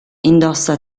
indossa